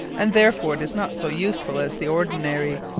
and therefore it is not so usefull, as the ordinary.